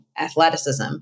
athleticism